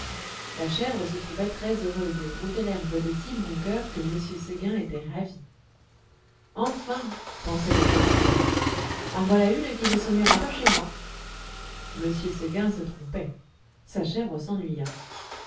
la chèvre se trouvait très heureuse et broutait l'herbe de si bon cœur que m seguin était ravi enfin pensait le pauvre homme en voilà une qui ne s'ennuiera pas chez moi m seguin se trompait sa chèvre s'ennuya